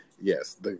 yes